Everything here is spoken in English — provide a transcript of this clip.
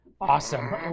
Awesome